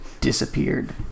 disappeared